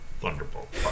Thunderbolt